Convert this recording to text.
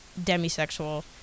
demisexual